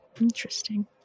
interesting